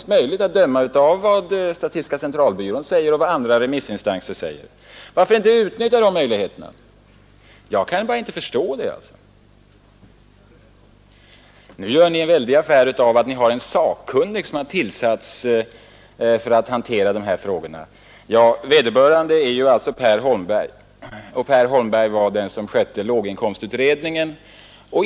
Det framgår bl.a. av vad statistiska centralbyrån och andra remissinstanser säger. Varför då inte utnyttja dessa möjligheter? Jag kan inte förstå varför man inte gör det. Nu gör ni en väldig affär av att vi har en sakkunnig som tillsatts för att hantera dessa frågor. Vederbörande är alltså Per Holmberg, som skötte låginkomstutredningen.